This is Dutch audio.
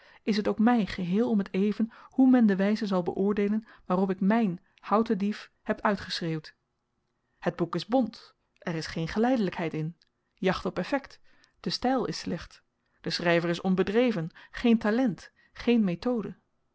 is t ook my geheel om t even hoe men de wyze zal beoordeelen waarop ik myn houdt den dief heb uitgeschreeuwd het boek is bont er is geen geleidelykheid in jacht op effekt de styl is slecht de schryver is onbedreven geen talent geen methode